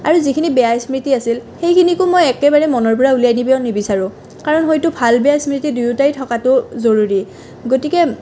আৰু যিখিনি বেয়া স্মৃতি আছিল সেইখিনিকো মই একেবাৰে মনৰ পৰা ওলাই দিব নিবিচাৰোঁ কাৰণ হয়তো ভাল বেয়া স্মৃতি দুয়োটাই থকাতো জৰুৰী গতিকে